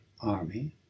army